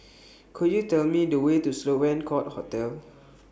Could YOU Tell Me The Way to Sloane Court Hotel